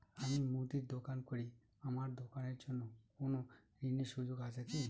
আমি মুদির দোকান করি আমার দোকানের জন্য কোন ঋণের সুযোগ আছে কি?